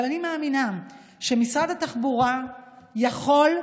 אבל אני מאמינה שמשרד התחבורה יכול,